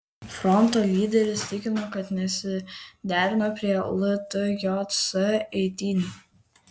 fronto lyderis tikino kad nesiderino prie ltjs eitynių